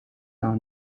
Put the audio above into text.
are